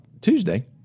Tuesday